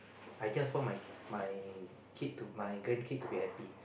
I just want my my kid to my grandkid to be happy